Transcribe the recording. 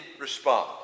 respond